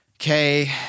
okay